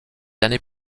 années